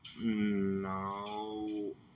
No